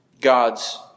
God's